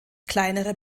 kleinere